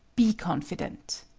be confident.